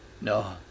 No